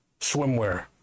swimwear